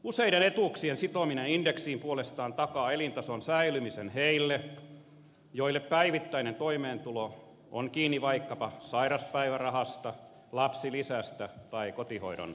useiden etuuksien sitominen indeksiin puolestaan takaa elintason säilymisen niille joille päivittäinen toimeentulo on kiinni vaikkapa sairauspäivärahasta lapsilisästä tai kotihoidon tuesta